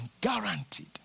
guaranteed